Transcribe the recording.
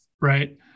right